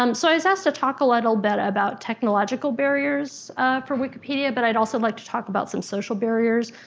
um so, i was asked to talk a little bit about technological barriers for wikipedia, but i'd also like to talk about some social barriers.